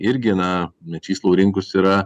irgi na mečys laurinkus yra